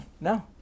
no